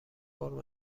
فرم